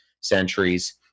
centuries